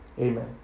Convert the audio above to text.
Amen